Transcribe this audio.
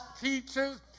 teachers